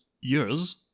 years